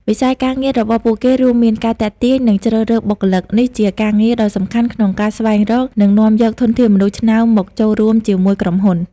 វិស័យការងាររបស់ពួកគេរួមមាន៖ ការទាក់ទាញ និងជ្រើសរើសបុគ្គលិក: នេះជាការងារដ៏សំខាន់ក្នុងការស្វែងរក និងនាំយកធនធានមនុស្សឆ្នើមមកចូលរួមជាមួយក្រុមហ៊ុន។